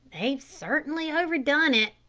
they've certainly overdone it,